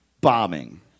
bombing